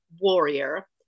warrior